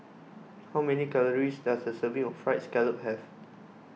how many calories does a serving of Fried Scallop have